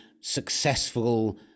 successful